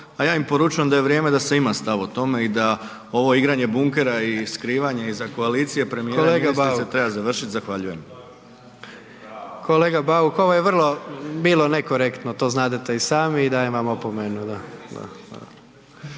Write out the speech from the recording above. a ja im poručujem da je vrijeme da se ima stav o tome i da ovo igranje bunkera i skrivanje iza koalicije premijera i ministrice treba završiti. Zahvaljujem. **Jandroković, Gordan (HDZ)** Kolega Bauk, ovo je vrlo bilo nekorektno, to znadete i sami i dajem vam opomenu